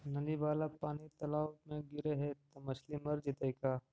नली वाला पानी तालाव मे गिरे है त मछली मर जितै का?